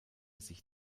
sich